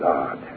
God